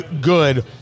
good